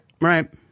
right